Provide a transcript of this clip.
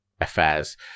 affairs